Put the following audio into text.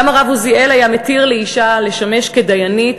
גם הרב עוזיאל היה מתיר לאישה לשמש כדיינית